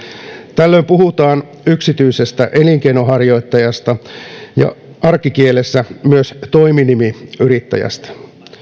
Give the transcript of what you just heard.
tällöin puhutaan yksityisestä elinkeinonharjoittajasta ja arkikielessä myös toiminimiyrittäjästä